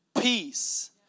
peace